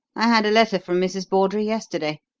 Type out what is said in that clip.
i had a letter from mrs. bawdrey yesterday.